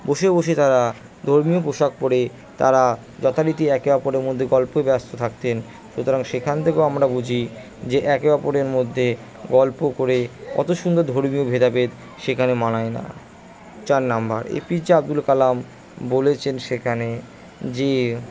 বসে বসে তারা ধর্মীয় পোশাক পরে তারা যথারীতি একে অপরের মধ্য গল্পয় ব্যস্ত থাকতেন সুতরাং সেখান থেকেও আমরা বুঝি যে একে অপরের মধ্যে গল্প করে কত সুন্দর ধর্মীয় ভেদাভেদ সেখানে মানায় না চার নাম্বার এপিজে আবদুল কালাম বলেছেন সেখানে যে